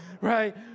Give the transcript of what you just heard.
right